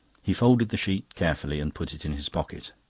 he folded the sheet carefully and put it in his pocket.